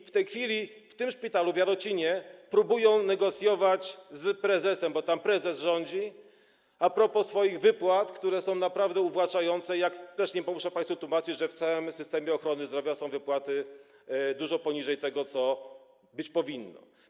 W tej chwili w szpitalu w Jarocinie próbują negocjować z prezesem, bo tam prezes rządzi, a propos swoich wypłat, które są naprawdę uwłaczające - też nie muszę państwu tłumaczyć, że w całym systemie ochrony zdrowia wypłaty są dużo poniżej tego, co być powinno.